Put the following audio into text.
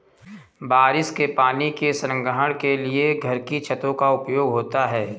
बारिश के पानी के संग्रहण के लिए घर की छतों का उपयोग होता है